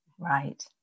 right